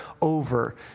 over